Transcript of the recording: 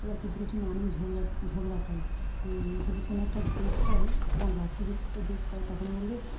এবার কিছু কিছু মানুষ ঝগড়া ঝগড়া করে যদি কোনো একটা দোষ করে আমার বাচ্চা যদি একটা দোষ করে তখন বলবে